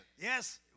Yes